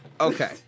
Okay